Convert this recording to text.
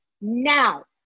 now